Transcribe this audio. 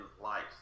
life